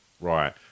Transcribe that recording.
Right